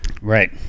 Right